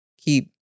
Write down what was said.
keep